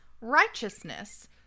righteousness